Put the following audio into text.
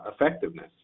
effectiveness